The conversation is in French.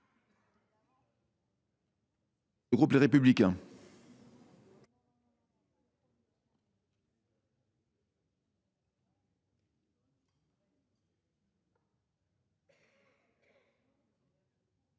du groupe Les Républicains.